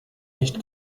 nicht